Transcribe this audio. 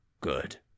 Good